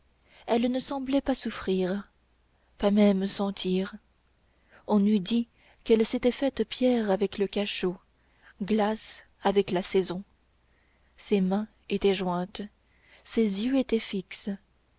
elle ne semblait pas souffrir pas même sentir on eût dit qu'elle s'était faite pierre avec le cachot glace avec la saison ses mains étaient jointes ses yeux étaient fixes